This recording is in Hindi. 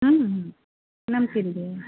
हाँ नमकीन भी है